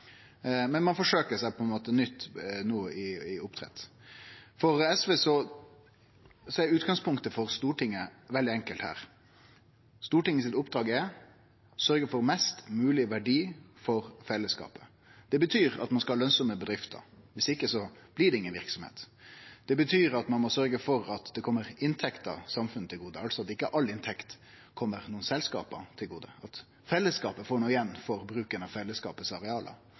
Men ein forsøkjer seg på nytt no med oppdrett. For SV er utgangspunktet for Stortinget her veldig enkelt. Stortingets oppdrag er å sørgje for mest mogleg verdi for fellesskapet. Det betyr at ein skal ha lønsame bedrifter, viss ikkje blir det inga verksemd. Det betyr at ein må sørgje for at inntekter kjem samfunnet til gode – altså at ikkje all inntekt kjem selskapa til gode, men at fellesskapet får noko igjen for bruken av